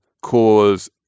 cause